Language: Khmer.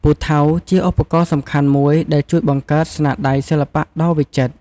ពូថៅជាឧបករណ៍សំខាន់មួយដែលជួយបង្កើតស្នាដៃសិល្បៈដ៏វិចិត្រ។